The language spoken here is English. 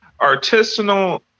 artisanal